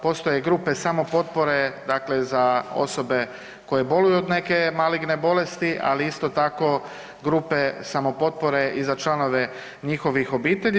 Postoje grupe samopotpore, dakle za osobe koje boluju od neke maligne bolesti, ali isto tako grupe samopotpore i za članove njihovih obitelji.